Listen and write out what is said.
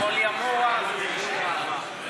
פוליאמוריה זה ריבוי אהבה.